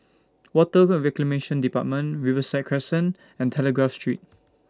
Water Reclamation department Riverside Crescent and Telegraph Street